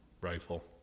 rifle